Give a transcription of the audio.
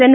N